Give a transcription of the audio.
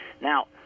Now